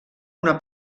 una